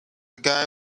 guy